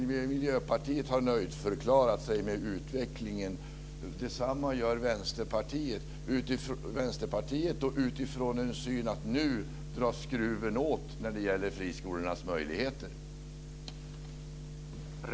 Miljöpartiet har nöjdförklarat sig med utvecklingen. Detsamma gör Vänsterpartiet utifrån en syn att skruven nu dras åt när det gäller friskolornas möjligheter.